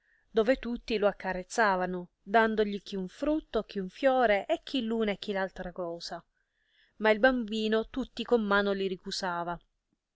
dove tutti lo accarezzavano dandogli chi un frutto chi un fiore e chi l una e chi altra cosa ma il bambino tutti con mano li ricusava